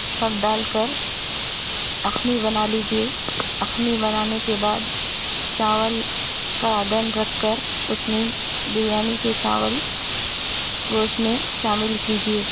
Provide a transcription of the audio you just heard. سب ڈال کر یخنی بنا لیجیے یخنی بنانے کے بعد چاول کا ادھن رکھ کر اُس میں بریانی کے چاول گوشت میں شامل کیجیے